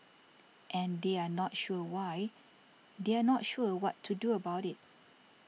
and they are not sure why they are not sure what to do about it